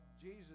Jesus